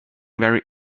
very